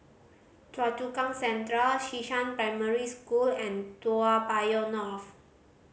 Choa Chu Kang Central Xishan Primary School and Toa Payoh North